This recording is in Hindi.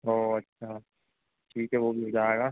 ओह अच्छा ठीक है वह भी हो जाएगा